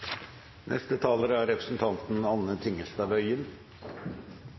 Neste taler er representanten